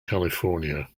california